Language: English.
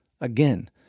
Again